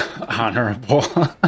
honorable